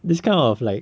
this kind of like